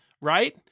right